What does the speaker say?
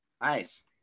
Nice